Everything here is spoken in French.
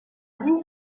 vie